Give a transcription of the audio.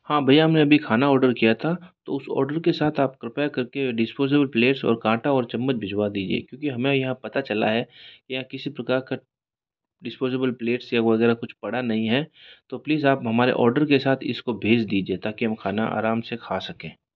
हाँ भैया मैं अभी खाना ऑर्डर किया था तो उस ऑर्डर के साथ आप कृपया करके डिस्पोज़ल प्लेट्स और काँटा और चम्मच भिजवा दीजिए क्योंकि हमें यहाँ पता चला है या किसी प्रकार का डिस्पोज़ेबल प्लेटस से वगैरह कुछ पड़ा नहीं है तो प्लीज़ आप हमारे ऑर्डर के साथ इसको भेज दीजिए ताकि हम खाना आराम से खा सकें